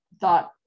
thought